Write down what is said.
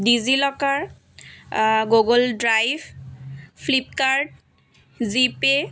digi locker Google drive Flipkart GPay